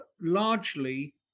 largely